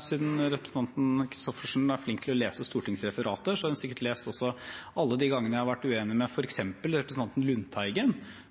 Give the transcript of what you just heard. Siden representanten Christoffersen er flink til lese stortingsreferater, har hun sikkert også lest alle de gangene jeg har vært uenig med f.eks. representanten Lundteigen,